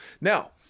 Now